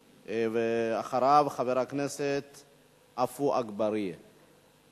ואחריו, חבר הכנסת עפו אגבאריה.